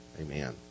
Amen